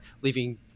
leaving